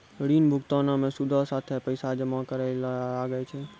ऋण भुगतानो मे सूदो साथे पैसो जमा करै ल लागै छै